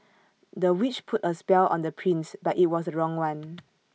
the witch put A spell on the prince but IT was the wrong one